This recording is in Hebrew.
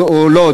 לא,